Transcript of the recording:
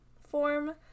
form